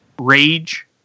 rage